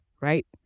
right